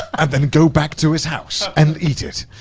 and then go back to his house and eat it.